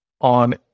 on